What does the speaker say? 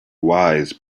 wise